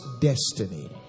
destiny